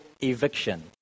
eviction